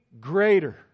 greater